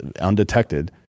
undetected